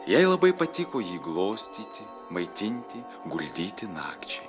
jai labai patiko jį glostyti maitinti guldyti nakčiai